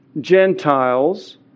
Gentiles